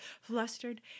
flustered